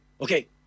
Okay